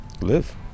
live